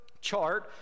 chart